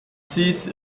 six